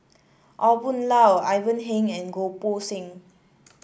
Aw Boon Haw Ivan Heng and Goh Poh Seng